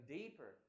deeper